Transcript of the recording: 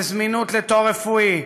לזמינות של תור רפואי.